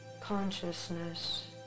Consciousness